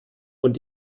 und